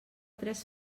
tres